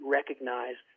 recognize